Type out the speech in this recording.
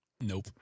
Nope